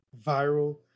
viral